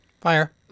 Fire